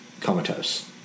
comatose